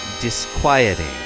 disquieting